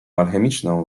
alchemiczną